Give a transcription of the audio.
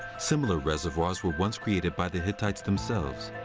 similar reservoirs were once created by the hittites themselves.